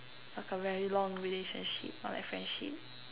like a very long relationship or like friendship